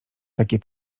takie